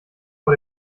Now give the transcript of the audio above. vor